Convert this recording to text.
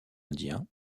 indien